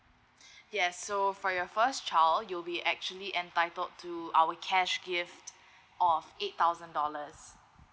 yes so for your first child you'll be actually entitled to our cash gifts of eight thousand dollars